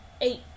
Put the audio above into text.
eight